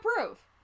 approve